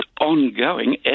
ongoing